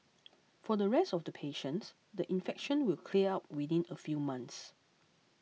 for the rest of the patients the infection will clear up within a few months